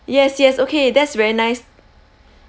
yes yes okay that's very nice